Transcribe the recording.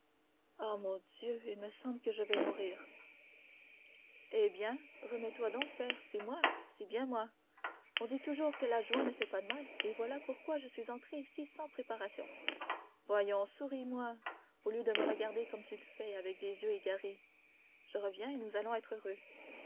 l'improviste mon dieu il me semble que je vais mourir eh bien remets toi donc père c'est moi bien moi on dit toujours que la joie ne fait pas mal et voilà pourquoi je suis entré ici sans préparation voyons souris moi au lieu de me regarder comme tu le fais avec des yeux égarés je reviens et nous allons être heureux